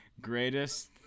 Greatest